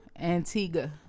Antigua